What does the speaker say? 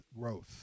growth